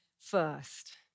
first